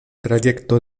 trayecto